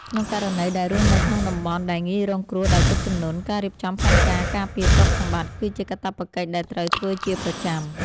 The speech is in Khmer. ក្នុងករណីដែលរស់នៅក្នុងតំបន់ដែលងាយរងគ្រោះដោយទឹកជំនន់ ការរៀបចំផែនការការពារទ្រព្យសម្បត្តិគឺជាកាតព្វកិច្ចដែលត្រូវធ្វើជាប្រចាំ។